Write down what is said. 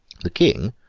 the king,